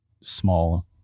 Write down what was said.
small